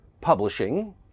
publishing